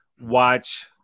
watch